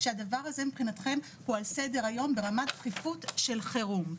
שהדבר הזה מבחינתכם הוא על סדר היום ברמת דחיפות של חירום,